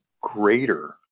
greater